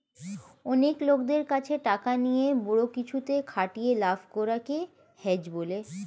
অনেক লোকদের কাছে টাকা নিয়ে বড়ো কিছুতে খাটিয়ে লাভ করা কে হেজ বলে